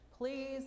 Please